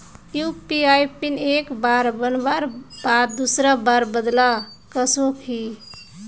UPI pin एक बार बनवार बाद दूसरा बार बदलवा सकोहो ही?